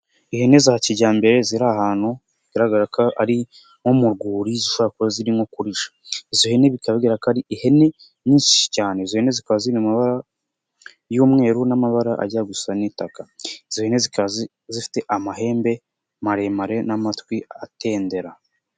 Ihene za kijyambere ziri ahantu bigaragara ko ari nko mu rwuri zishobora kuba zirimo kurisha, izo hene bikaba bigaragara ko ari ihene nyinshi cyane, izo hene zikaba ziri mu mabara y'umweru n'amabara ajya gusa n'itaka, izi hene zikaba zifite amahembe maremare n'amatwi atendera.